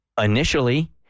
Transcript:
Initially